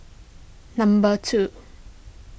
number two